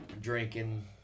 drinking